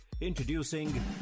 Introducing